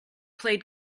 played